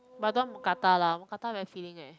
but I don't want mookata lah mookata very filling eh